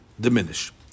diminish